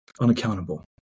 unaccountable